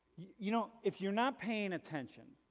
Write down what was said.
you know if you're not paying attention,